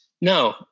No